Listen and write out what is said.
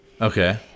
Okay